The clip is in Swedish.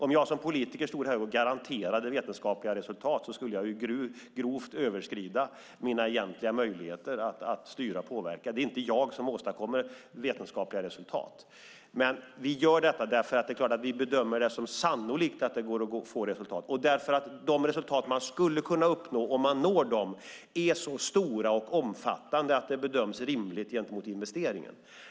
Om jag som politiker stod här och garanterade vetenskapliga resultat skulle jag grovt överskrida mina egentliga möjligheter att styra och påverka. Det är inte jag som åstadkommer vetenskapliga resultat. Vi gör dock självklart detta för att vi bedömer det som sannolikt att det går att få resultat och därför att de resultat man skulle kunna uppnå är så stora och omfattande att det bedöms rimligt gentemot investeringen.